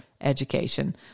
education